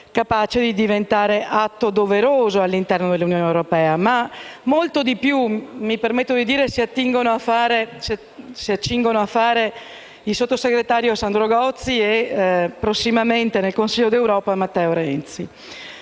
capace di diventare atto doveroso all'interno dell'Unione europea. Mi permetto, però, di dire che molto di più si accingono a fare il sottosegretario Sandro Gozi e, prossimamente, nel Consiglio europeo, Matteo Renzi.